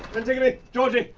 but antigone, georgie,